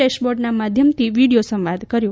ડેશબોર્ડના માધ્યમથી વીડીયો સંવાદ કર્યો